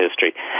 history